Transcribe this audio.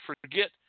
forget